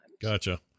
gotcha